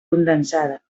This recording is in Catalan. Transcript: condensada